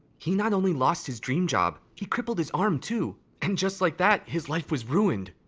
he not only lost his dream job, he crippled his arm, too. and just like that, his life was ruined.